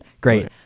Great